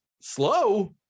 slow